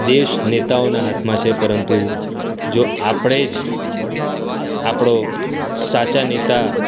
દેશ નેતાઓના હાથમાં છે પરંતુ જો આપણે જ આપણો સાચા નેતા